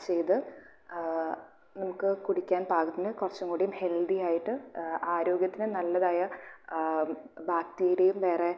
add ചെയ്ത് നമുക്ക് കുടിക്കാൻ പാകത്തിന് കുറച്ചുംകൂടിയും ഹെൽദി ആയിട്ട് ആരോഗ്യത്തിന് നല്ലതായ ബാക്റ്റീര്യയും വേറെ